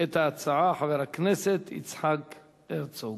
את ההצעה חבר הכנסת יצחק הרצוג.